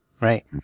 right